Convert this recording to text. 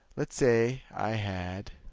let's say i had